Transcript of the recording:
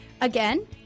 Again